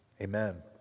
Amen